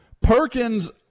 Perkins